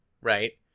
Right